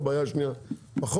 והבעיה השנייה פחות,